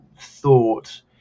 thought